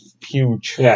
huge